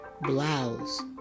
Blouse